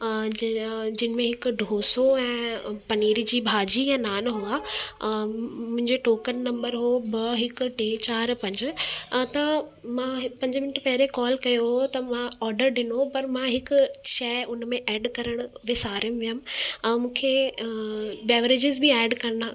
जिनि में हिकु डोसो ऐं पनीर जी भाॼी ऐं नान हुआ मुंहिंजो टोकन नंबर हो ॿ हिकु टे चार पंज हा त मां पंज मिंट पहिरीं कॉल कयो हो त मां ऑडर ॾिनो पर मां हिकु शइ उन में एड करणु विसारे वियमि ऐं मूंखे बेवरेजेस बि एड करिणा